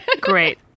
Great